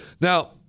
Now